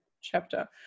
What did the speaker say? chapter